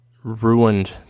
Ruined